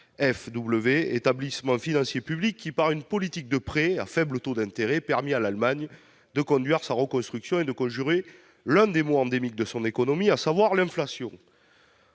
la, établissement financier public qui, par une politique de prêts à faible taux d'intérêt, permit à l'Allemagne de conduire sa reconstruction et de conjurer l'un des maux endémiques de son économie, à savoir l'inflation.